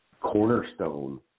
cornerstone